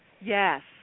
Yes